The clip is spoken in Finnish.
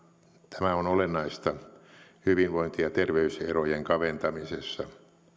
tämä on olennaista hyvinvointi ja terveyserojen kaventamisessa